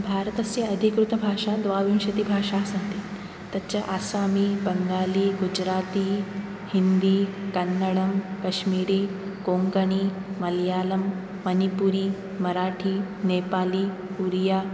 भारतस्य अधिकृतभाषा द्वाविंशतिभाषाः सन्ति तत् च आसामी बङ्गाली गुजराती हिन्दी कन्नडं कश्मिरी कोङ्कणी मळयालं मणिपुरी मराठी नेपाली ओडिया